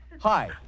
Hi